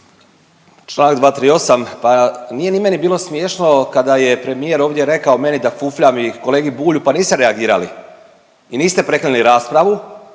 Član 238. Pa nije ni meni bilo smiješno kada je premijer ovdje rekao meni da fufljam i kolegi Bulju pa niste reagirali i niste prekinuli raspravu.